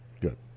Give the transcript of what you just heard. Good